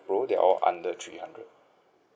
pro they are all under three hundred